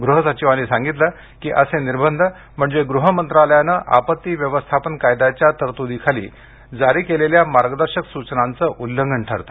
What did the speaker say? गृह सचिवांनी सांगितलं की असे निर्बंध म्हणजे गृह मंत्रालयानं आपत्ती व्यवस्थापन कायद्याच्या तरतूदीखाली जारी केलेल्या मार्गदर्शक सूचनांचे उल्लंघन ठरते